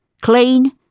clean